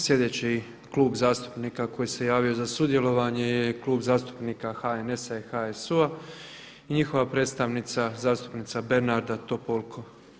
Sljedeći klub zastupnika koji se javio za sudjelovanje je Klub zastupnika HNS-a i HSU-a i njihova predstavnica zastupnica Bernarda Topolko.